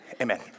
Amen